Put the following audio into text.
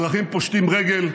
אזרחים פושטים רגל,